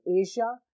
Asia